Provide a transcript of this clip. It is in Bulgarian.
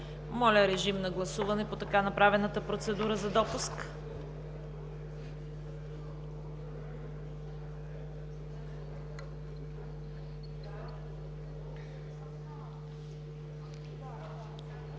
Моля, гласувайте по така направената процедура за допуск.